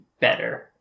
better